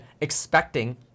expecting